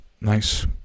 Nice